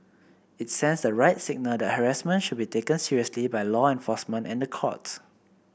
it sends the right signal that harassment should be taken seriously by law enforcement and the courts